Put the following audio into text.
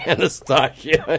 Anastasia